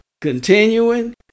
continuing